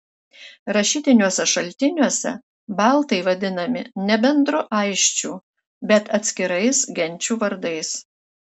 rašytiniuose šaltiniuose baltai vadinami ne bendru aisčių bet atskirais genčių vardais